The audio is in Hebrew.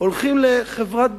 הולכים לחברת ביטוח,